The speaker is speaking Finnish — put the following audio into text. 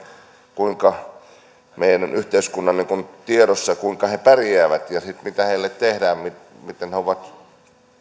kuinka meidän yhteiskuntamme tiedossa on kuinka he pärjäävät ja mitä heille tehdään miten he ovat